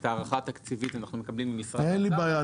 את הערכת התקציב אנחנו מקבלים ממשרד האוצר -- אין לי בעיה,